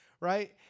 right